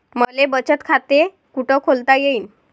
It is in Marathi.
मले बचत खाते कुठ खोलता येईन?